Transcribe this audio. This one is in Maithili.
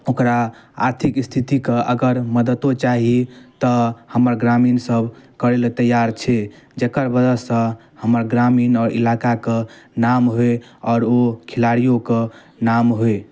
ओकरा आर्थिक स्थितिके अगर मदैतो चाही तऽ हमर ग्रामीणसभ करैलए तैआर छै जकर वजहसँ हमर ग्रामीण आओर इलाकाके नाम होइ आओर ओ खेलाड़िओके नाम होइ